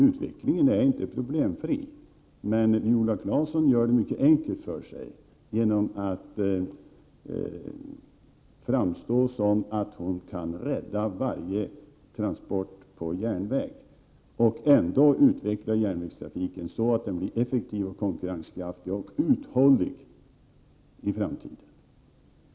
Utvecklingen är inte problemfri, men Viola Claesson gör det mycket enkelt för sig genom att framstå som om hon kan rädda varje transport på järnväg och ändå utveckla järnvägstrafiken så att den i framtiden blir effektiv, konkurrenskraftig och uthållig.